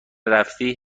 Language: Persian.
رفتی